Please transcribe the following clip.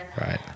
Right